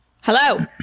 Hello